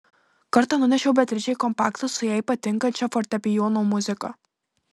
kartą nunešiau beatričei kompaktą su jai patinkančia fortepijono muzika